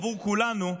עבור כולנו,